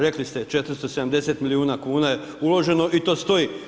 Rekli ste 470 milijuna kuna je uloženo i to stoj.